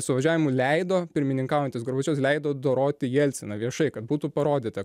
suvažiavimų leido pirmininkaujantis gorbačiovas leido doroti jelciną viešai kad būtų parodyta